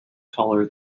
taller